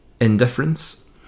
Indifference